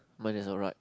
mine is alright